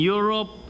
Europe